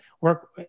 work